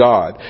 God